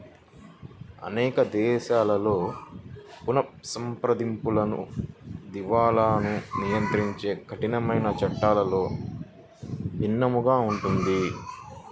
అనేక దేశాలలో పునఃసంప్రదింపులు, దివాలాను నియంత్రించే కఠినమైన చట్టాలలో భిన్నంగా ఉంటుంది